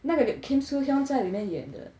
那个 kim soo hyun 在里面演的